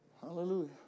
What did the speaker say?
Hallelujah